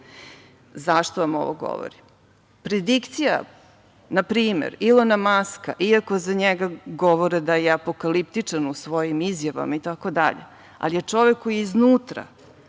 vam ovo govorim? Pridikcija na primer, Ilona Maska, iako za njega govore da je apokaliptičan u svojim izjavama itd. ali je čovek koji iznutra